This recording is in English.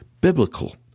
biblical